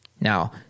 Now